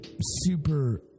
super